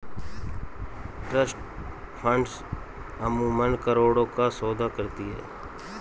trust funds अमूमन करोड़ों का सौदा करती हैं